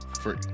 free